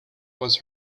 was